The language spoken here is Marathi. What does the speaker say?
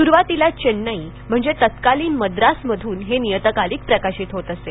सुरुवातीला चेन्नई म्हणजे तत्कालीन मद्रासमधून हे नियतकालिक प्रकाशित होत असे